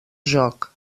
joc